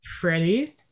Freddie